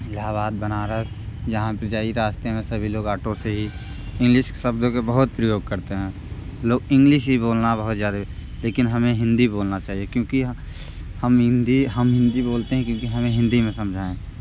इलाहाबाद बनारस यहाँ पर यही रास्ते में सभी लोग ऑटो से ही इंग्लिश शब्दों के बहुत प्रयोग करते हैं लोग इंग्लिश ही बोलना बहुत ज़्यादे लेकिन हमें हिंदी बोलना चाहिए क्योंकि ह हम हिंदी हम हिंदी बोलते हैं क्योंकि हमें हिंदी में समझाएँ